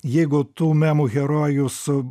jeigu tų memų herojus su